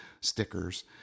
stickers